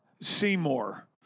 Seymour